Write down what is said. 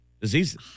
diseases